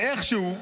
ואיכשהו,